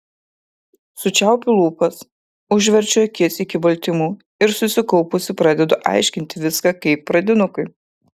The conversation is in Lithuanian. sučiaupiu lūpas užverčiu akis iki baltymų ir susikaupusi pradedu aiškinti viską kaip pradinukui